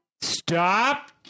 Stop